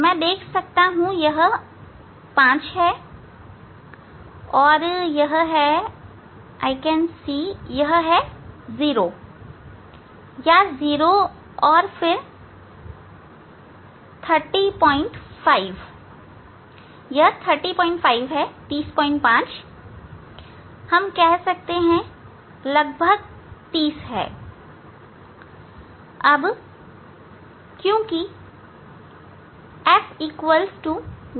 मैं देख सकता हूं यह 5 है और यह है मैं देख सकता हूं यह है 0 या 0 और फिर 305 यह है 305 कह सकते हैं यह लगभग 30 है